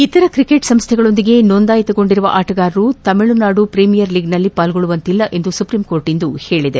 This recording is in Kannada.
ಇತರ ಕ್ರಿಕೆಟ್ ಸಂಸ್ಟೆಗಳೊಂದಿಗೆ ನೋಂದಾಯಿತಗೊಂಡಿರುವ ಆಟಗಾರರು ತಮಿಳುನಾಡು ಪ್ರೀಮಿಯರ್ ಲೀಗ್ನಲ್ಲಿ ಪಾಲ್ಗೊಳ್ಳುವಂತಿಲ್ಲ ಎಂದು ಸುಪ್ರೀಂಕೋರ್ಟ್ ಇಂದು ಹೇಳಿದೆ